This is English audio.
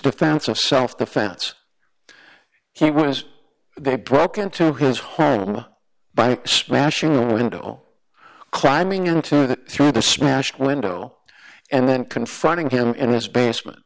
defense of self defense he was they broke into his home by smashing the window climbing into that through the smashed window and then confronting him in his basement